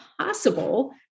possible